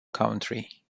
country